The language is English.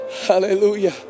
Hallelujah